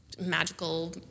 magical